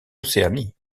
océanie